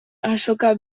azoka